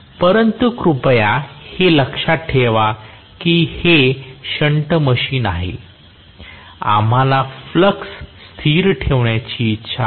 परंतु कृपया हे लक्षात ठेवा की जर हे शंट मशीन आहे आम्हाला फ्लक्स स्थिर ठेवण्याची इच्छा आहे